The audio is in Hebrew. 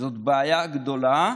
זאת בעיה גדולה,